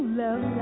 love